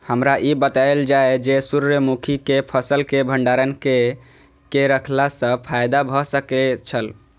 हमरा ई बतायल जाए जे सूर्य मुखी केय फसल केय भंडारण केय के रखला सं फायदा भ सकेय छल?